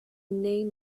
name